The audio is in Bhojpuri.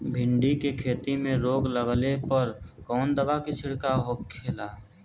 भिंडी की खेती में रोग लगने पर कौन दवा के छिड़काव खेला?